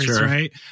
right